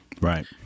Right